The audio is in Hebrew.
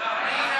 ההצעה